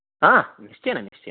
हा निश्चयेन निश्चयेन